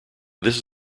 this